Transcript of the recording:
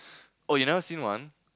oh you never seen one